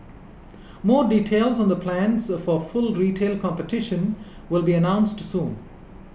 more details on the plans for full retail competition will be announced soon